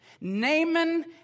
Naaman